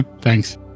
Thanks